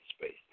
space